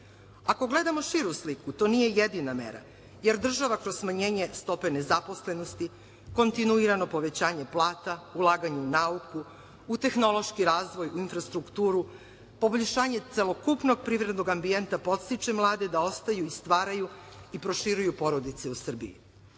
Ako gledamo širu sliku, to nije jedina mera, jer država kroz smanjenje stope nezaposlenosti, kontinuirano povećanje plata, ulaganje u nauku, u tehnološki razvoj, u infrastrukturu, poboljšanje celokupnog privrednog ambijenta podstiče mlade da ostaju i stvaraju i proširuju porodice u Srbiji. Kada